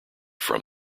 from